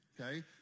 okay